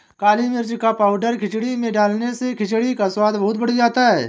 काली मिर्च का पाउडर खिचड़ी में डालने से खिचड़ी का स्वाद बहुत बढ़ जाता है